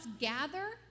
gather